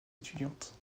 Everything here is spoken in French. étudiante